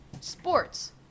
sports